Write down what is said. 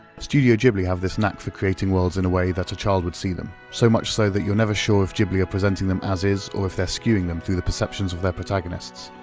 studio ghibli have this knack for creating worlds in a way that a child would see them, so much so that you're never sure if ghibli are presenting them as is, or if they're skewing them through the perceptions of their protagonists.